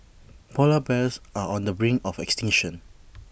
Polar Bears are on the brink of extinction